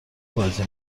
بازی